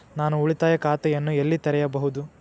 ನಾನು ಉಳಿತಾಯ ಖಾತೆಯನ್ನು ಎಲ್ಲಿ ತೆರೆಯಬಹುದು?